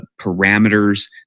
parameters